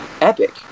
epic